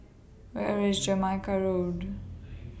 Where IS Jamaica Road